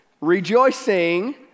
Rejoicing